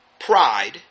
pride